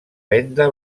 venda